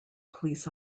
police